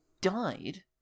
died